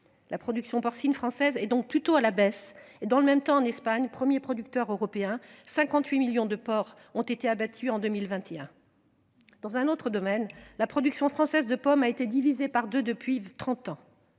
La production porcine française et donc plutôt à la baisse et dans le même temps en Espagne 1er producteur européen 58 millions de porcs ont été abattus en 2021. Dans un autre domaine, la production française de pommes a été divisé par 2 depuis 30 ans